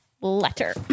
letter